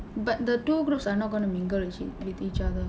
but the two groups are not going to mingle with each other